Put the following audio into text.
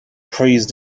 praised